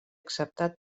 acceptat